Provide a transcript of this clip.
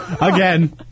Again